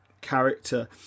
character